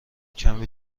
کمی